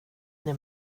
det